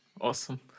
awesome